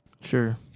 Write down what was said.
sure